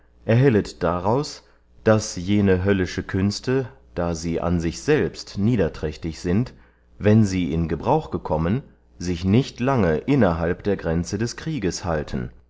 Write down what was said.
erhellet daraus daß jene höllische künste da sie an sich selbst niederträchtig sind wenn sie in gebrauch gekommen sich nicht lange innerhalb der grenze des krieges halten